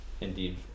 indeed